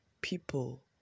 people